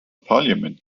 parliament